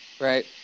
Right